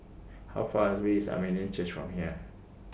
How Far away IS Armenian Church from here